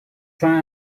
try